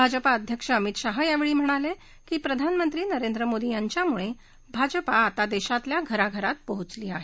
भाजपा अध्यक्ष अमित शहा यावेळी म्हणाले की प्रधानमंत्री नरेंद्र मोदी यांच्यामुळे भाजपा आता देशातल्या घरा घरात पोहोचली आहे